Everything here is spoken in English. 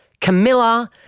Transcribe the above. Camilla